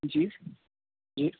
جی جی